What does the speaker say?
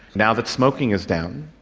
now that smoking is down,